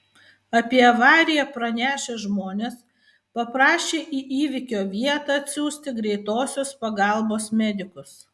apie avariją pranešę žmonės paprašė į įvykio vietą atsiųsti greitosios pagalbos medikus